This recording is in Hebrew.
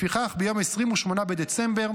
לפיכך, ביום 28 בדצמבר